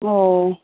ও